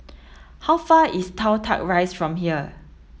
how far is Toh Tuck Rise from here